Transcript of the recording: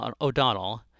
O'Donnell